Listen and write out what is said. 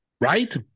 right